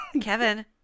Kevin